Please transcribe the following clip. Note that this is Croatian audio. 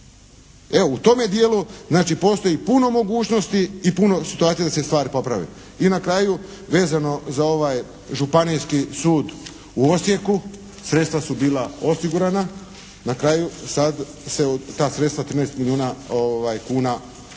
Evo u tome dijelu znači postoji puno mogućnosti i puno situacija da se stvar popravi. I na kraju vezano za ovaj Županijski sud u Osijeku. Sredstva su bila osigurana. Na kraju sad se ta sredstva 13 milijuna kuna